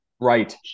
Right